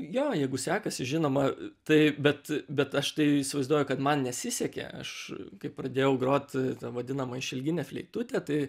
jo jeigu sekasi žinoma tai bet bet aš tai įsivaizduoju kad man nesisekė aš kai pradėjau grot ta vadinama išilgine fleitute tai